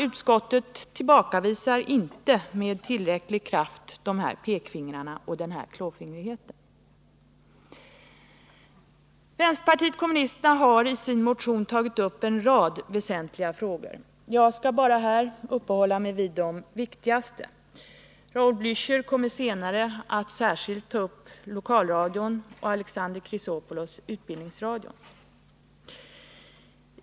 Utskottet tillbakavisar inte med tillräcklig kraft dessa pekpinnar och denna klåfingrighet. Vpk hari sin motion tagit upp en rad väsentliga frågor — jag skall här bara uppehålla mig vid de viktigaste. Raul Blächer kommer senare i debatten att behandla lokalradion och Alexander Chrisopoulos utbildningsradion.